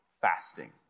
fasting